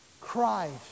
Christ